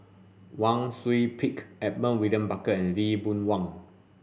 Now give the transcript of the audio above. Wang Sui Pick Edmund William Barker and Lee Boon Wang